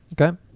Okay